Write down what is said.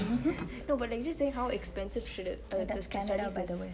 no but like just saying how expensive should it